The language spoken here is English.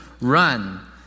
Run